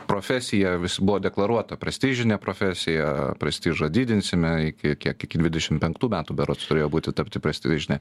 profesija vis buvo deklaruota prestižinė profesija prestižą didinsime iki kiek iki dvidešim penktų metų berods turėjo būti tapti prestižine